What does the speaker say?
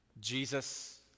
Jesus